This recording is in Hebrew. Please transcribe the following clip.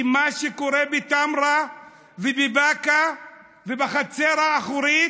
כי מה שקורה בטמרה ובבאקה ובחצר האחורית,